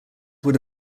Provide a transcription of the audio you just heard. were